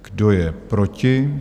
Kdo je proti?